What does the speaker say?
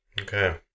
Okay